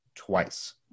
twice